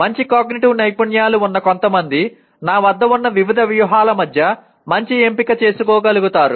మంచి మెటాకాగ్నిటివ్ నైపుణ్యాలు ఉన్న కొంతమంది నా వద్ద ఉన్న వివిధ వ్యూహాల మధ్య మంచి ఎంపిక చేసుకోగలుగుతారు